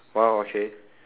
!wow! okay